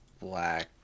Black